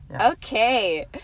Okay